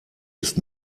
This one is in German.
ist